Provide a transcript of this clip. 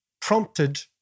prompted